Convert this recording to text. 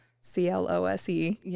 C-L-O-S-E